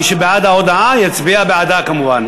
מי שבעד ההודעה יצביע בעדה כמובן.